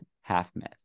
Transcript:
half-myth